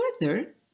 Further